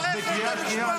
את בקריאה שנייה,